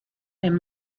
and